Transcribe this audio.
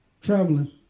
traveling